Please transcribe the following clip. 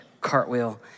cartwheel